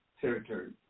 territory